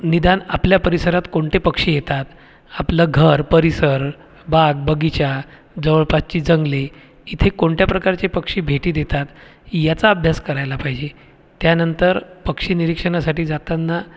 निदान आपल्या परिसरात कोणते पक्षी येतात आपलं घर परिसर बाग बगीचा जवळपासची जंगले इथे कोणत्या प्रकारचे पक्षी भेटी देतात याचा अभ्यास करायला पाहिजे त्यानंतर पक्षी निरीक्षणासाठी जातांना